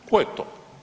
Tko je to?